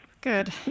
Good